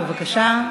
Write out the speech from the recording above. בבקשה.